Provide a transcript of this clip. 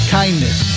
kindness